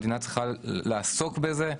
המדינה צריכה לעסוק בזה,